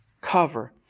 cover